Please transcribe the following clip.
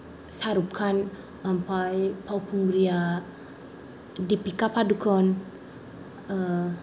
शाहरुख खान ओमफ्राय फावखुंग्रिया दिपिका पादुकन